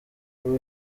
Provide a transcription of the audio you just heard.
kuba